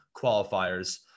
qualifiers